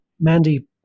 mandy